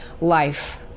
life